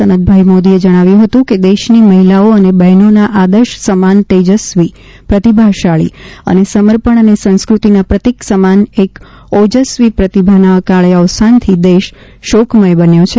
સનતભાઈ મોદીએ જણાવ્યું હતું કે દેશની મહિલાઓ અને બહેનોના આદર્શ સમાન તેજસ્વી પ્રતિભાશાળી અને સમર્પણ અને સંસ્કૃતિના પ્રતિક સમાન એક ઓજસ્વી પ્રતિભાના અકાળે અવસાનથી દેશ શોકમય બન્યો છે